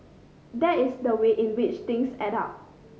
that is the way in which things add up